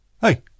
Hey